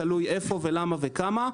תלוי איפה ולמה וכמה.